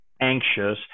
anxious